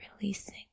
releasing